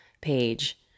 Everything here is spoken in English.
page